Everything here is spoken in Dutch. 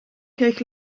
kreeg